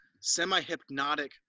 semi-hypnotic